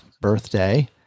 birthday